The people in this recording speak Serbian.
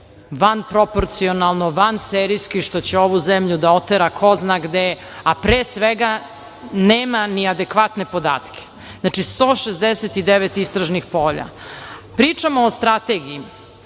vanproporcionalno, vanserijski, što će ovu zemlju da otera ko zna gde, a pre svega, nema ni adekvatne podatke. Znači, 169 istražnih polja. Pričamo o strategiji,